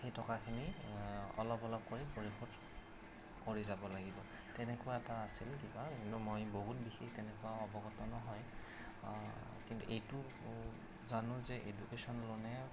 সেই টকাখিনি অলপ অলপ কৰি পৰিশোধ কৰি যাব লাগিব তেনেকুৱা এটা আছিল কিবা কিন্তু মই বহুত বিশেষ তেনেকুৱা অৱগত নহয় কিন্তু এইটো জানো যে এডুকেশ্যন লোনে